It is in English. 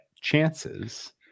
chances